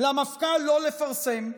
למפכ"ל לא לפרסם?